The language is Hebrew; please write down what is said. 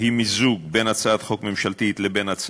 יציג את הצעת החוק חבר הכנסת מאיר